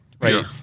Right